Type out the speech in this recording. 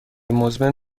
مزمن